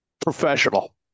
professional